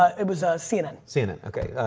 it was a cnn, cnn. okay.